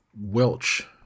Welch